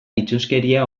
itsuskeria